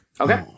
Okay